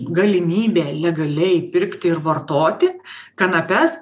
galimybė legaliai pirkti ir vartoti kanapes